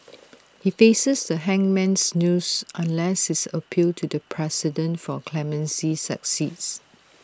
he faces the hangman's noose unless his appeal to the president for clemency succeeds